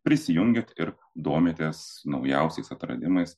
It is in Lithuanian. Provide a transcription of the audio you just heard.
prisijungėt ir domitės naujausiais atradimais